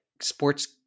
sports